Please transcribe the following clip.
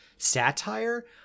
satire